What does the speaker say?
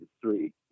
three